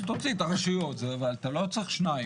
אז תוציא את הרשויות, אתה לא צריך שניים.